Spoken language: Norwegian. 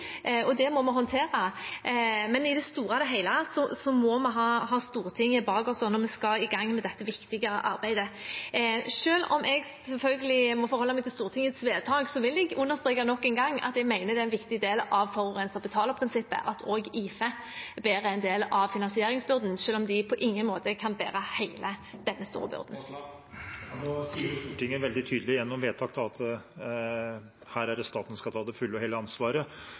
og det må vi håndtere, men i det store og hele må vi ha Stortinget bak oss når vi skal i gang med dette viktige arbeidet. Selv om jeg selvfølgelig må forholde meg til Stortingets vedtak, vil jeg understreke nok en gang at jeg mener det er en viktig del av forurenser-betaler-prinsippet at også IFE bærer en del av finansieringsbyrden, selv om de på ingen måte kan bære hele denne store byrden. Nå sier jo Stortinget veldig tydelig gjennom vedtaket at det er staten som skal ta det fulle og hele ansvaret